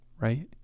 right